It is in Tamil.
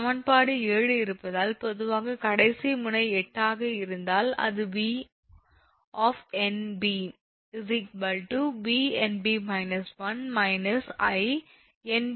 சமன்பாடு 7 இருப்பதால் பொதுவாக கடைசி முனை 8 ஆக இருந்தால் அது 𝑉 𝑁𝐵 𝑉 𝑁𝐵 − 1 𝐼 𝑁𝐵 − 1 𝑍 𝑁𝐵 − 1